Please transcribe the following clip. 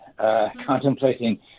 contemplating